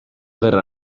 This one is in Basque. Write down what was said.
gerra